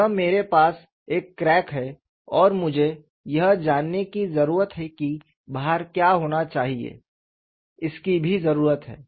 यहां मेरे पास एक क्रैक है और मुझे यह जानने की जरूरत है कि भार क्या होना चाहिए इसकी भी जरूरत है